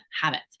habits